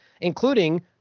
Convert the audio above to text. including